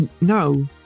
No